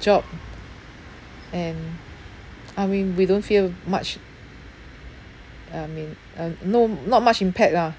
job and ah we we don't feel much I mean uh no not much impact lah